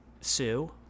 sue